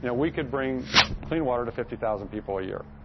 you know we could bring clean water to fifty thousand people a year.